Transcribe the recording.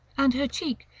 and her cheek,